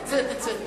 תצא, תצא.